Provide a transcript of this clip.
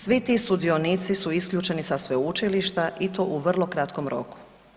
Svi ti sudionici su isključeni sa sveučilišta i to u vrlo kratkom roku.